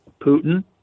Putin